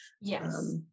Yes